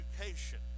education